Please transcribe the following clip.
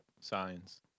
Signs